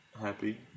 happy